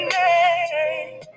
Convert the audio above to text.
name